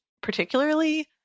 particularly